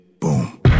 Boom